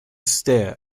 stare